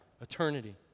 eternity